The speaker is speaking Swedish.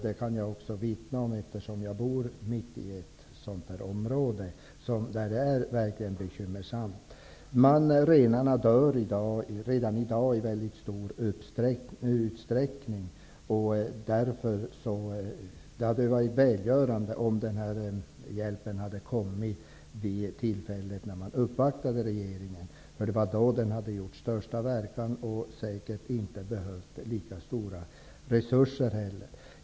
Det kan jag vittna om, eftersom jag bor mitt i ett område där det verkligen är bekymmersamt. Renarna dör redan i dag i mycket stor utsträckning. Det hade därför varit välgörande om hjälpen hade kommit vid det tillfälle då man uppvaktade regeringen. Då hade den gjort största verkan, och man hade säkert heller inte behövt lika stora resurser.